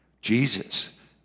Jesus